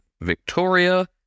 Victoria